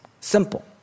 Simple